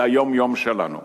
היא היום-יום שלנו.